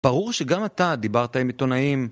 ברור שגם אתה דיברת עם עיתונאים.